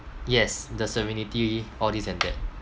yes the serenity all this and that